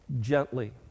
gently